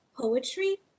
poetry